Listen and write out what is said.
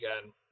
again